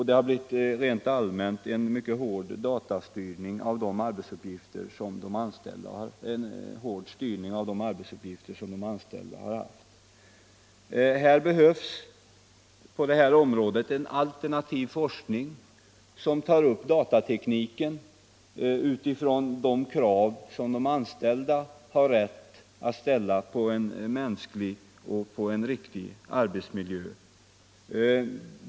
Det har rent allmänt blivit en mycket hård styrning av de arbetsuppgifter som de anställda haft. På detta område behövs en alternativ forskning som tar upp frågan om datatekniken utifrån de krav som de anställda har rätt att ställa på en mänsklig och en riktig arbetsmiljö.